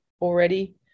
already